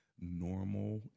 normal